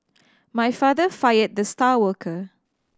my father fired the star worker